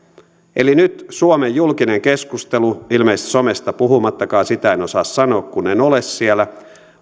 nyt suomen julkinen keskustelu ilmeisesti somesta puhumattakaan sitä en osaa sanoa kun en ole siellä